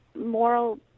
moral